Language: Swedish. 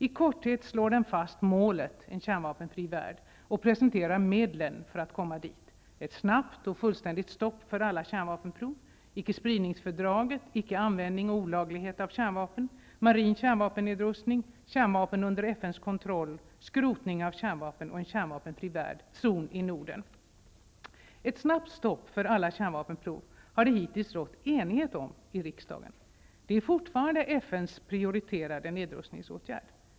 I korthet slår den fast målet en kärnvapenfri värld och presenterar medlen för att komma dit: ett snabbt och fullständigt stopp för alla kärnvapenprov, icke-spridningsfördraget, ickeanvändning och olaglighet av kärnvapen, marin kärnvapennedrustning, kärnvapen under FN Ett snabbt stopp för alla kärnvapenprov har det hittills rått enighet om i riksdagen. Det är fortfarande FN:s prioriterade nedrustningsåtgärd.